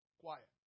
Quiet